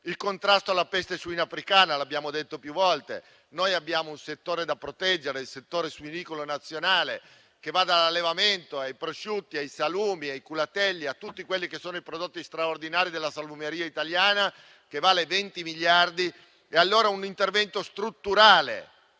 il contrasto alla peste suina africana, come abbiamo detto più volte, dobbiamo proteggere il settore suinicolo nazionale, che va dall'allevamento ai prosciutti, ai salumi, ai culatelli e a tutti quelli che sono i prodotti straordinari della salumeria italiana, che vale 20 miliardi. Si rende necessario a tal fine un intervento strutturale.